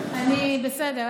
בסדר,